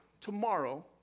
tomorrow